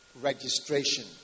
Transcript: registration